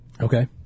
Okay